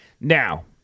Now